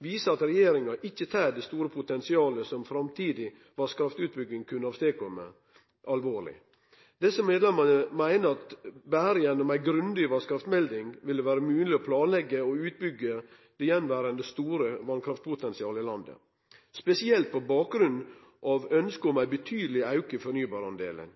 viser at regjeringa ikkje tek det store potensialet som framtidig vasskraftutbygging kunne ha, alvorleg. Desse medlemmene meiner at berre gjennom ei grundig vasskraftmelding vil det vere mogleg å planleggje og utbyggje det attverande, store vasskraftpotensialet i landet, spesielt på bakgrunn av ønsket om ein betydeleg auke i fornybardelen.